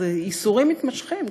ייסורים מתמשכים,